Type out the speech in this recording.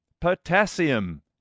potassium